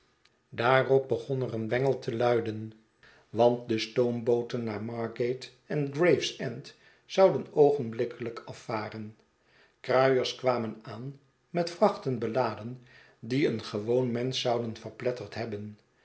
daarop begon er een bengel te luiden want de stoombooten naar margate en gravesend zouden oogenblikkelijk afvaren kruiers kwamen aan met vrachten beladen die een gewoon mensch zouden verpletterd hebben